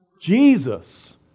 Jesus